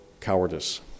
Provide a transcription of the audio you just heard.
cowardice